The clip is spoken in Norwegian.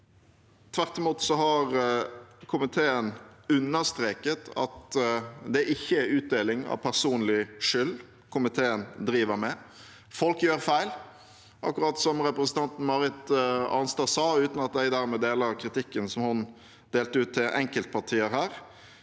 Tvert imot har komiteen understreket at det ikke er utdeling av personlig skyld komiteen driver med. Folk gjør feil, akkurat som representanten Marit Arnstad sa, uten at jeg dermed deler kritikken som hun delte ut til enkeltpartier her.